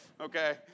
Okay